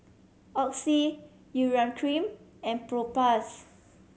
Oxy Urea Cream and Propass